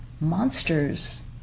monsters